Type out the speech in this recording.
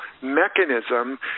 mechanism